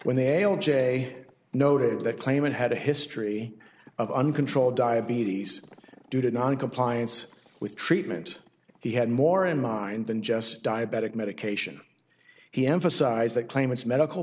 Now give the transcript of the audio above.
when they all j noted that claimant had a history of uncontrolled diabetes due to noncompliance with treatment he had more in mind than just diabetic medication he emphasized that claimants medical